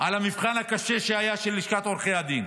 על המבחן הקשה שהיה של לשכת עורכי הדין.